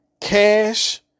cash